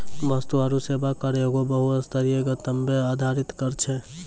वस्तु आरु सेवा कर एगो बहु स्तरीय, गंतव्य आधारित कर छै